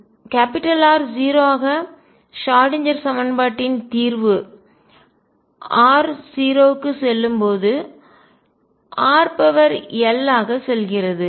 R 0 ஆக Schrodinger சமன்பாட்டின் தீர்வு r 0 க்கு செல்லும்போதுr l ஆக செல்கிறது